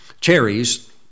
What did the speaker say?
cherries